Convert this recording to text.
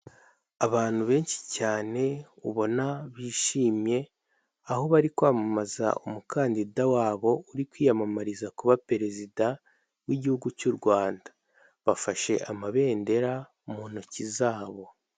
Abantu benshi cyane ubona bishimye aho bari kwamamaza umukandida wabo uri kwiyamamariza kuba perezida w'igihugu cy'u Rwanda bafashe amabendera mu ntoki zabo.